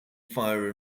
fire